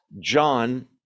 John